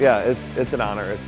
yeah it's it's an honor